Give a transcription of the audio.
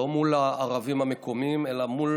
לא מול הערבים המקומיים, אלא מול